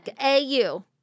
A-U